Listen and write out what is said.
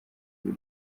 biri